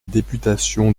députation